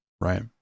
right